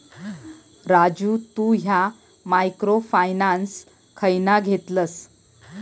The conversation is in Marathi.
राजू तु ह्या मायक्रो फायनान्स खयना घेतलस?